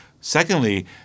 Secondly